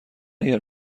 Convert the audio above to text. اگر